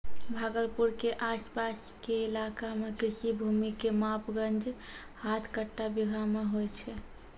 भागलपुर के आस पास के इलाका मॅ कृषि भूमि के माप गज, हाथ, कट्ठा, बीघा मॅ होय छै